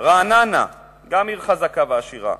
רעננה, גם עיר חזקה ועשירה,